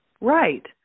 Right